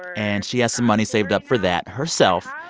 and she has some money saved up for that herself,